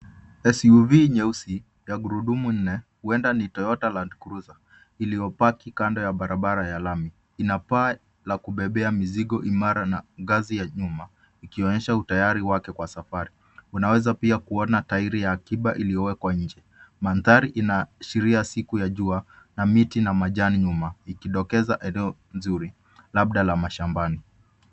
SUV nyeusi ya gurudumu nne, huenda ni toyota Land Cruiser. Iliyopaki kando ya barabara ya lami. Ina paa la kubebea mizigo imara na ngazi ya nyuma ikionyesha utayari wake kwa safari. Unaweza pia kuona tairi ya akiba iliyowekwa nje. Manthari inaashiria siku ya jua na miti na majani nyuma ikidokeza eneo nzuri, labda la mashambani.